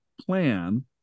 plan